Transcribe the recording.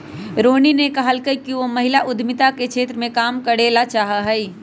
रोहिणी ने कहल कई कि वह महिला उद्यमिता के क्षेत्र में काम करे ला चाहा हई